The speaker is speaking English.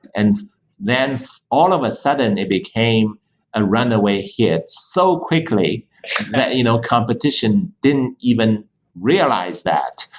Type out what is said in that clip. and then all of a sudden it became a runway hit so quickly that you know competition didn't even realized that.